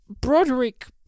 Broderick